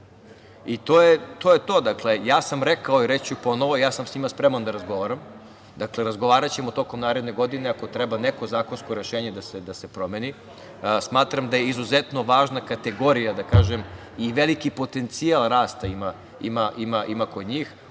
To je to. Dakle, ja sam rekao i reći ću ponovo, s njima sam spreman da razgovaram. Dakle, razgovaraćemo tokom naredne godine, ako treba neko zakonsko rešenje da se promeni. Smatram da je izuzetno važna kategorija i veliki potencijal rasta ima kod njih.